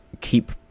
keep